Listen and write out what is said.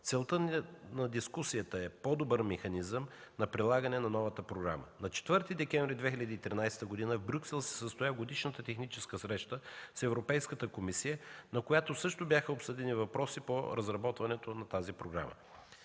Целта на дискусията е по-добър механизъм за прилагане на новата програма. На 4 декември 2013 г. в Брюксел се състоя годишната Техническа среща с Европейската комисия, на която също бяха обсъдени въпроси по разработването на тази програма.